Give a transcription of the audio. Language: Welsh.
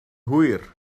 hwyr